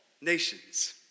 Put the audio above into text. nations